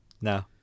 No